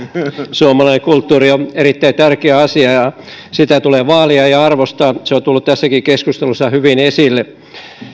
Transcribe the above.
suomalainen kulttuuri on erittäin tärkeä asia ja sitä tulee vaalia ja ja arvostaa se on tullut tässäkin keskustelussa hyvin esille